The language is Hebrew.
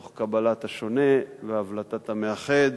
תוך קבלת השונה והבלטת המאחד,